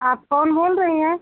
आप कौन बोल रही हैं